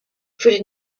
für